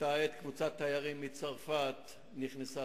באותה עת קבוצת תיירים מצרפת נכנסה